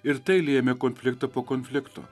ir tai lėmė konfliktą po konflikto